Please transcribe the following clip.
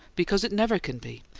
because it never can be.